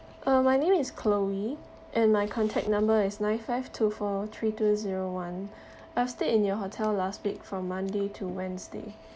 uh my name is chloe and my contact number is nine five two four three two zero one I've stayed in your hotel last week from monday to wednesday